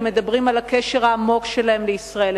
הם מדברים על הקשר העמוק שלהם לישראל,